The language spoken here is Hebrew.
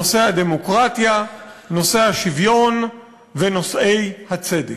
נושא הדמוקרטיה, נושא השוויון ונושא הצדק.